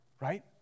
Right